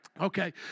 Okay